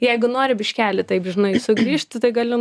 jeigu nori biškelį taip žinai sugrįžt tai galiu